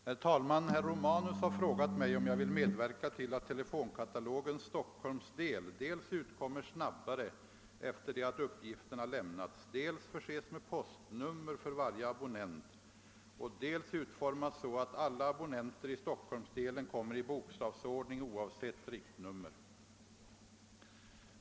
Herr talman! Herr Romanus har frågat mig om jag vill medverka till att telefonkatalogens Stockholmsdel dels utkommer snabbare efter det att uppgifterna lämnats, dels förses med postnummer för varje abonnent och dels utformas så att alla abonnenter i Stockholmsdelen kommer i bokstavsordning oavsett riktnummer.